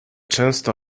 często